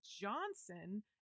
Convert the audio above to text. Johnson